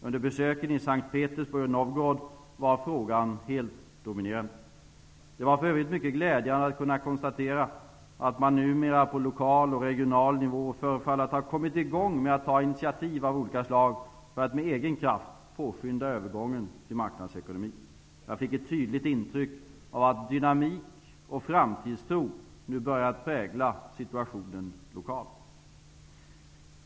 Under besöken i S:t Petersburg och Novgorod var frågan helt dominerande. Det var för övrigt mycket glädjande att kunna konstatera att man numera på lokal och regional nivå förefaller att ha kommit i gång med att ta initiativ av olika slag för att med egen kraft påskynda övergången till marknadsekonomi. Jag fick ett tydligt intryck av att dynamik och framtidstro nu börjar prägla situationen lokalt.